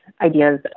ideas